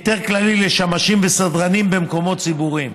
היתר כללי לשמשים וסדרנים במקומות ציבוריים,